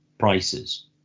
Prices